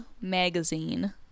magazine